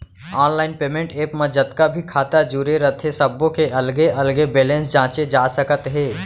online payment app म जतका भी खाता जुरे रथे सब्बो के अलगे अलगे बेलेंस जांचे जा सकत हे